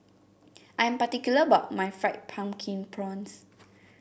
I'm particular about my Fried Pumpkin Prawns